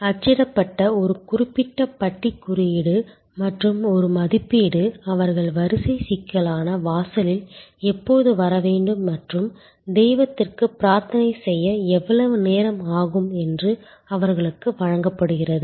அச்சிடப்பட்ட ஒரு குறிப்பிட்ட பட்டி குறியீடு மற்றும் ஒரு மதிப்பீடு அவர்கள் வரிசை சிக்கலான வாசலில் எப்போது வர வேண்டும் மற்றும் தெய்வத்திற்கு பிரார்த்தனை செய்ய எவ்வளவு நேரம் ஆகும் என்று அவர்களுக்கு வழங்கப்படுகிறது